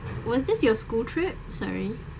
was this your school trip sorry